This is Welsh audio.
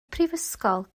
prifysgol